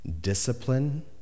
discipline